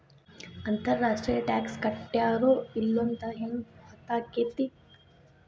ಅಂತರ್ ರಾಷ್ಟ್ರೇಯ ಟಾಕ್ಸ್ ಕಟ್ಟ್ಯಾರೋ ಇಲ್ಲೊಂತ್ ಹೆಂಗ್ ಹೊತ್ತಾಕ್ಕೇತಿ?